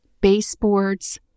baseboards